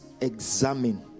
examine